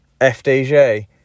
FDJ